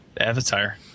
avatar